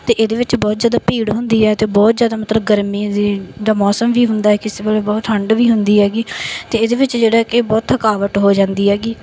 ਅਤੇ ਇਹਦੇ ਵਿੱਚ ਬਹੁਤ ਜ਼ਿਆਦਾ ਭੀੜ ਹੁੰਦੀ ਹੈ ਅਤੇ ਬਹੁਤ ਜ਼ਿਆਦਾ ਮਤਲਬ ਗਰਮੀ ਜੀ ਦਾ ਮੌਸਮ ਵੀ ਹੁੰਦਾ ਹੈ ਕਿਸੇ ਵੇਲੇ ਬਹੁਤ ਠੰਡ ਵੀ ਹੁੰਦੀ ਹੈਗੀ ਅਤੇ ਇਹਦੇ ਵਿੱਚ ਜਿਹੜਾ ਕਿ ਬਹੁਤ ਥਕਾਵਟ ਹੋ ਜਾਂਦੀ ਹੈਗੀ